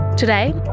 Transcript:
Today